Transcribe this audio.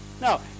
now